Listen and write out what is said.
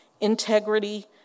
integrity